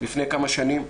לפני כמה שנים.